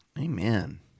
Amen